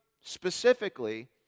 specifically